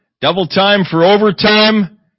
double-time-for-overtime